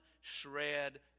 shred